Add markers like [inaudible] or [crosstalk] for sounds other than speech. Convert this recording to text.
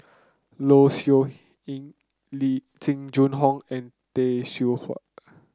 Low Siew [unintelligible] Lee Jing Jun Hong and Tay Seow Huah